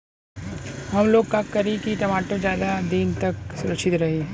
हमलोग का करी की टमाटर ज्यादा दिन तक सुरक्षित रही?